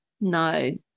No